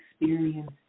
experience